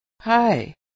Hi